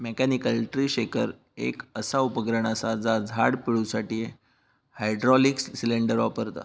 mechanical tree shaker एक असा उपकरण असा जा झाड पिळुसाठी हायड्रॉलिक सिलेंडर वापरता